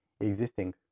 existing